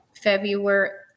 February